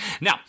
Now